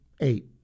eight